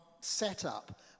setup